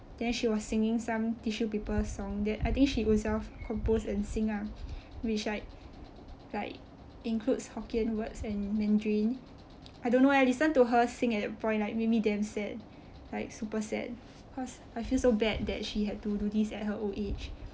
then she was singing some tissue paper song that I think she ownself compose and sing lah which like like includes hokkien words and mandarin I don't know I listen to her sing at that point like make me damn sad like super sad cause I feel so bad that she had to do this at her old age